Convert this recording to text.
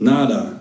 Nada